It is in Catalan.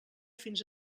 fins